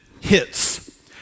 hits